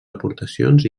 aportacions